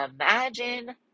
imagine